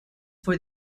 for